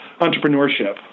entrepreneurship